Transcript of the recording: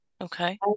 Okay